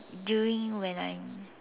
during when I'm